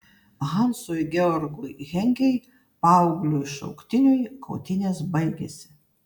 hansui georgui henkei paaugliui šauktiniui kautynės baigėsi